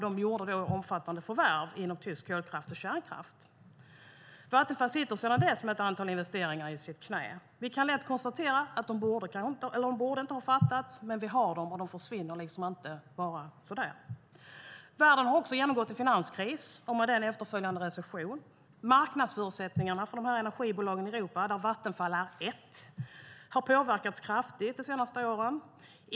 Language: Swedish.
De gjorde då omfattande förvärv inom tysk kolkraft och kärnkraft. Vattenfall sitter sedan dess med ett antal investeringar i sitt knä. Vi kan lätt konstatera att de inte borde ha gjorts, men vi har dem, och de försvinner liksom inte för det. Världen har också genomgått en finanskris, med efterföljande recession. Marknadsförutsättningarna för de här energibolagen i Europa, där Vattenfall är ett, har påverkats kraftigt de senaste åren.